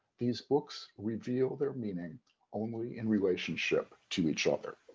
these books reveal their meaning only in relationship to each other.